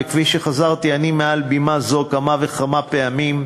וכפי שחזרתי אני מעל בימה זו כמה וכמה פעמים,